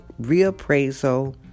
reappraisal